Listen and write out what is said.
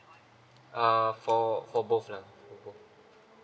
uh for both lah for both